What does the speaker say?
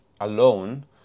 alone